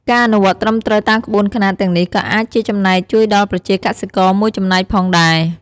ការអនុវត្តត្រឹមត្រូវតាមក្បួនខ្នាតទាំងនេះក៏អាចជាចំណែកជួយដល់ប្រជាកសិករមួយចំណែកផងដែរ។